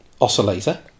oscillator